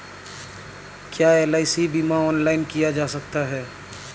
क्या एल.आई.सी बीमा ऑनलाइन किया जा सकता है?